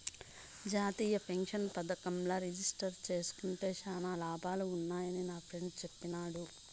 జాతీయ పెన్సన్ పదకంల రిజిస్టర్ జేస్కుంటే శానా లాభాలు వున్నాయని నాఫ్రెండ్ చెప్పిన్నాడు